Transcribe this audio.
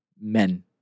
men